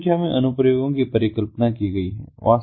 बड़ी संख्या में अनुप्रयोगों की परिकल्पना की गई है